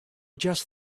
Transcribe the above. just